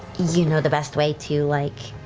you know the best way to, like,